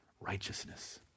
righteousness